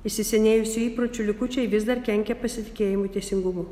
įsisenėjusių įpročių likučiai vis dar kenkia pasitikėjimui teisingumu